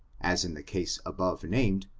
as in the case above named,